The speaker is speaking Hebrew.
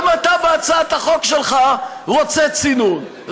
גם אתה בהצעת החוק שלך רוצה צינון,